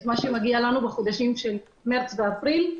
מה שמגיע לנו בחודשים של מרץ ואפריל.